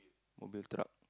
Mobil truck